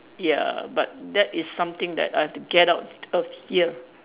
ya but that is something that I've to get out of here